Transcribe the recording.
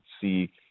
see